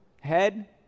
head